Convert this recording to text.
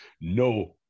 no